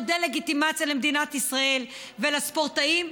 דה-לגיטימציה למדינת ישראל ולספורטאים.